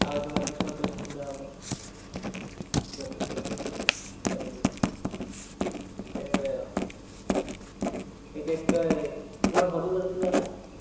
আৰু তোমাক কিছুমান কুৱেচন সোধা হ'ব জবটোৰ ওপৰত চাকৰি ওপৰত তেনেদৰে আৰু এতিয়া কি কয় তোমাৰ ঘৰটো ক'ত আছিল